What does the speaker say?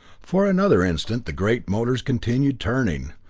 for another instant the great motors continued turning,